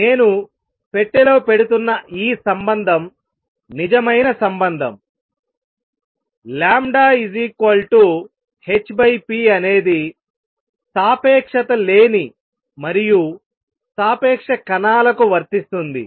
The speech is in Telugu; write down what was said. నేను పెట్టెలో పెడుతున్న ఈ సంబంధం నిజమైన సంబంధం λhp అనేది సాపేక్షత లేని మరియు సాపేక్ష కణాలకు వర్తిస్తుంది